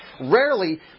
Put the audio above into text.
Rarely